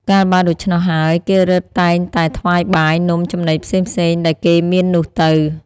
កាលបើដូច្នោះហើយ គេរឹតតែងតែថ្វាយបាយ នំ ចំណីផ្សេងៗ ដែលគេមាននោះទៅ